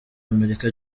amerika